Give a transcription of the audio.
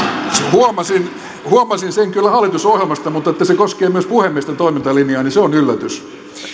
huomasin huomasin sen kyllä hallitusohjelmasta mutta että se koskee myös puhemiesten toimintalinjaa se on yllätys